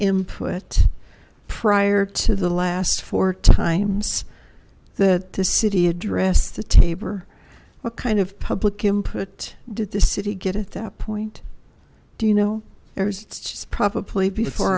input prior to the last four times that the city addressed the tabor what kind of public input did the city get at that point do you know it was probably before